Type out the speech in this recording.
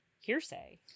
hearsay